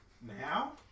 now